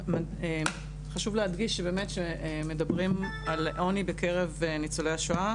חשוב להדגיש באמת שכשמדברים על עוני בקרב ניצולי השואה,